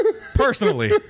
Personally